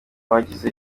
bagize